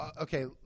okay